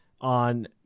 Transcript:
on